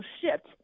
shift